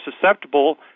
susceptible